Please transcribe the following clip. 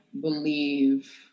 believe